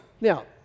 Now